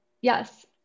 Yes